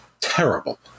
Terrible